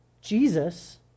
Jesus